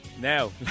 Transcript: Now